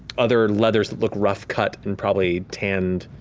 other leathers that look rough cut and probably tanned,